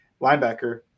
linebacker